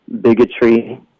bigotry